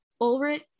Ulrich